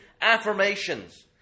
affirmations